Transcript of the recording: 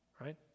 right